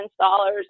installers